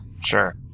Sure